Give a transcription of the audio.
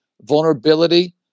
vulnerability